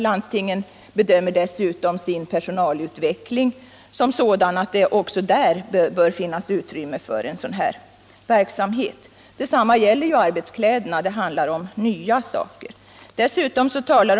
Även mot bakgrund av den personalutveckling man väntar sig inom landstingen bedömer man att det kan finnas utrymme för en sådan verksamhet. Detsamma gäller för arbetskläderna — det handlar även där om produktion av 113 nya saker.